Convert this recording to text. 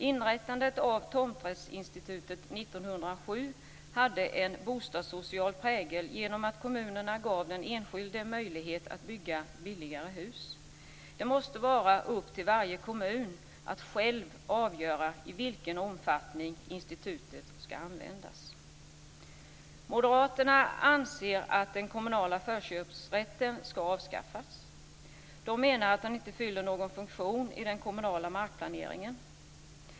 Inrättandet av tomträttsinstitutet 1907 hade en bostadssocial prägel genom att kommunerna gav den enskilde möjlighet att bygga billigare hus. Det måste vara upp till varje kommun att själv avgöra i vilken omfattning institutet ska användas. Moderaterna anser att den kommunala förköpsrätten ska avskaffas. De menar att den inte fyller någon funktion i den kommunala markplaneringen.